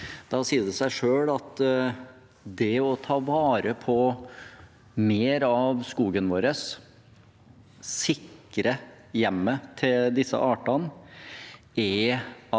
Da sier det seg selv at det å ta vare på mer av skogen vår og sikre hjemmet til disse artene er av